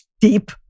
deep